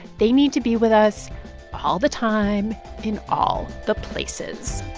they need to be with us all the time in all the places